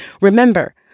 remember